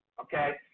okay